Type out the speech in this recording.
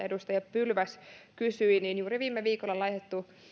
edustaja pylväs kysyi juuri viime viikolla on laitettu